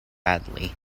badly